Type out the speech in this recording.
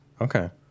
Okay